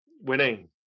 winning